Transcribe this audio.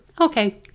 Okay